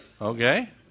Okay